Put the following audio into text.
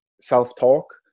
self-talk